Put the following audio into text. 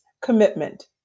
Commitment